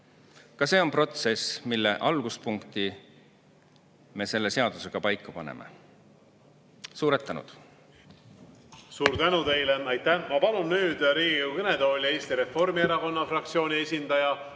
Ka see on protsess, mille alguspunkti me selle seadusega paika paneme. Suur tänu! Suur tänu teile! Ma palun Riigikogu kõnetooli Eesti Reformierakonna fraktsiooni esindaja